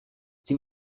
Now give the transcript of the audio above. sie